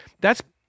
that's-